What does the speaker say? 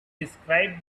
described